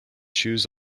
shoes